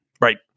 right